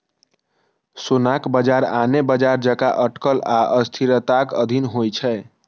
सोनाक बाजार आने बाजार जकां अटकल आ अस्थिरताक अधीन होइ छै